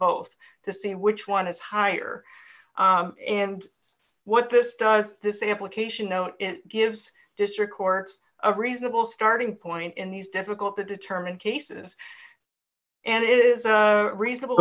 both to see which one is higher and what this does this implication note gives district courts a reasonable starting point in these difficult to determine cases and it is a reasonable